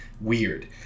weird